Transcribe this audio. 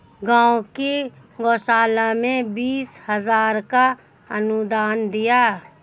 गांव की गौशाला में बीस हजार का अनुदान दिया